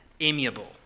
amiable